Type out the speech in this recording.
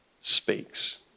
speaks